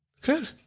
Good